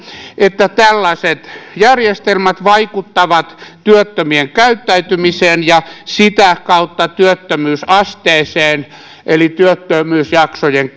että tällaiset järjestelmät vaikuttavat työttömien käyttäytymiseen ja sitä kautta työttömyysasteeseen eli työttömyysjaksojen